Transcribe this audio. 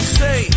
say